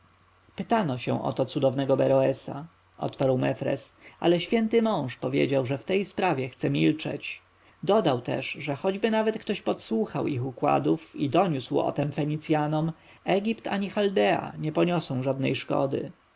pytano się o to cudownego beroesa odparł mefres ale święty mąż powiedział że w tej sprawie chce milczeć dodał też że choćby nawet ktoś podsłuchał ich układów i doniósł o tem fenicjanom egipt ani chaldea nie poniosą żadnej szkody